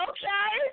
Okay